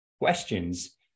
questions